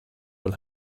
will